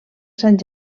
sant